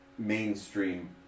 Mainstream